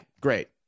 great